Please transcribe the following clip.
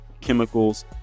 chemicals